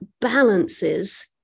balances